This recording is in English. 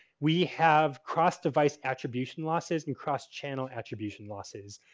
we have cross device attribution losses and cross channel attribution losses.